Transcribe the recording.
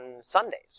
Sundays